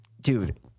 dude